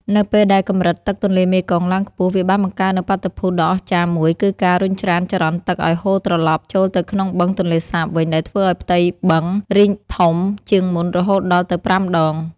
នៅពេលដែលកម្រិតទឹកទន្លេមេគង្គឡើងខ្ពស់ វាបានបង្កើតនូវបាតុភូតដ៏អស្ចារ្យមួយគឺការរុញច្រានចរន្តទឹកឱ្យហូរត្រឡប់ ចូលទៅក្នុងបឹងទន្លេសាបវិញ ដែលធ្វើឱ្យផ្ទៃបឹងរីកធំជាងមុនរហូតដល់ទៅ ៥ ដង។